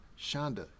Shonda